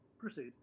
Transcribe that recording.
proceed